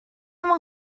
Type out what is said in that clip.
mewn